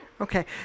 Okay